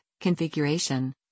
configuration